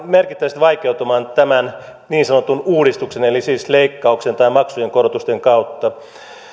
merkittävästi vaikeutumaan tämän niin sanotun uudistuksen eli leikkauksen tai maksujen korotusten kautta